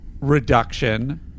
reduction